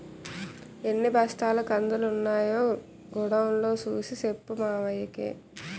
ఎన్ని బస్తాల కందులున్నాయో గొడౌన్ లో సూసి సెప్పు మావయ్యకి